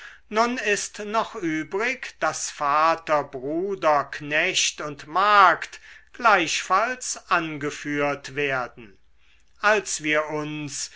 nun ist noch übrig daß vater bruder knecht und magd gleichfalls angeführt werden als wir uns